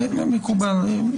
מקובל עלי.